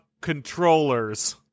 controllers